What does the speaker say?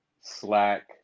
Slack